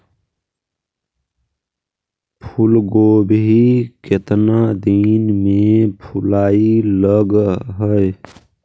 फुलगोभी केतना दिन में फुलाइ लग है?